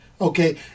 Okay